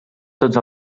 tots